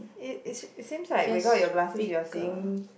it is it seems like without your glasses you're seeing